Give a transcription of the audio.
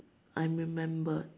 I remembered